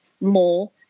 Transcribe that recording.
more